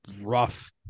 rough